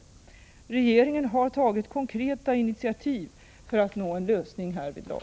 Regeringen har tagit konkreta initiativ för att nå en lösning härvidlag.